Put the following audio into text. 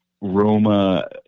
Roma